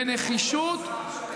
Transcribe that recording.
בנחישות,